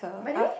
by the way